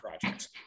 projects